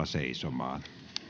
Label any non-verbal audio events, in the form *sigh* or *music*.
*unintelligible* seisomaan